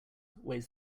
weighs